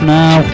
now